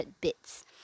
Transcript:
bits